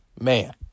Man